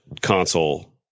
console